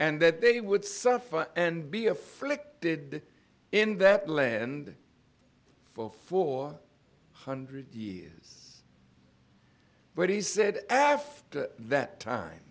and that they would suffer and be afflicted in that land for four hundred years but he said after that time